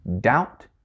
Doubt